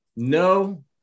No